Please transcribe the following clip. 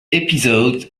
episode